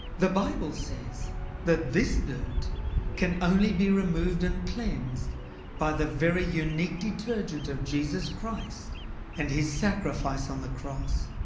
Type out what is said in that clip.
the bible says that this dirt can only be removed and cleansed by the very unique detergent of jesus christ and his sacrifice on the cross.